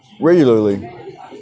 regularly